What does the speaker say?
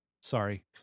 sorry